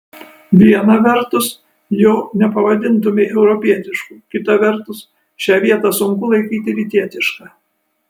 viena vertus jo nepavadintumei europietišku kita vertus šią vietą sunku laikyti rytietiška